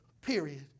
period